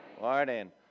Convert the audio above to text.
Morning